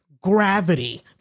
gravity